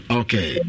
okay